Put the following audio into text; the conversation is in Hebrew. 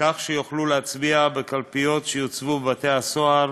כך שיוכלו להצביע בקלפיות שיוצבו בבתי-הסוהר